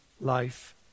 life